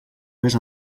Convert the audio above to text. més